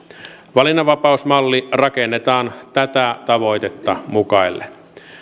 valinnanvapausmalli rakennetaan tätä tavoitetta mukaillen